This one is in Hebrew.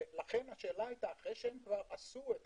לכן השאלה היתה, אחרי שהם כבר עשו את